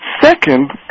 second